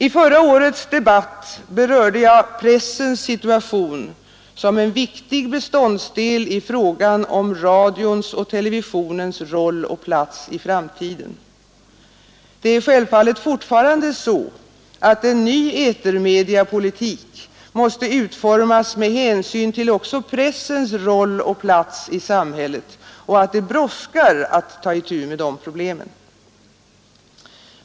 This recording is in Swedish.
I förra årets debatt berörde jag pressens situation som en viktig beståndsdel i frågan om radions och televisionens roll och plats i framtiden. Det är självfallet fortfarande så att en ny etermediapolitik måste utformas med hänsyn till också pressens roll och plats i samhället, och det brådskar att ta itu med dessa problem.